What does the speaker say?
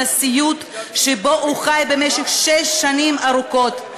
הסיוט שבו הוא חי במשך שש שנים ארוכות,